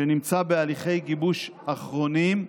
שנמצא בהליכי גיבוש אחרונים.